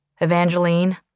Evangeline